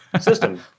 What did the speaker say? system